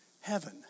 Heaven